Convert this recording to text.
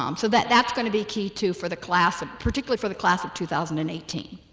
um so that that's going to be key too for the class ah particularly for the class of two thousand and eighteen